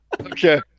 Okay